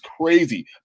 crazy